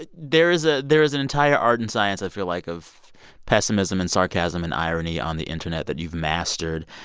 there is ah there is an entire art and science, i feel like, of pessimism and sarcasm and irony on the internet that you've mastered.